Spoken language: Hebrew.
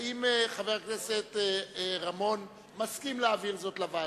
האם חבר הכנסת רמון מסכים להעביר לוועדה?